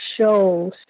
shows